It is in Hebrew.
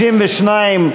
62,